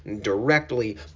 directly